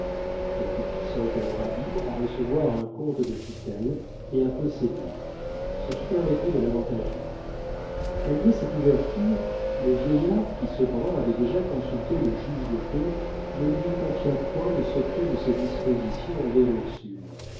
la pupille serait alors habile à recevoir un compte de tutelle et à posséder ce qui permettait de l'avantager malgré cette ouverture le vieillard qui cependant avait déjà consulté le juge de paix ne lui confia point le secret de ses dispositions envers ursule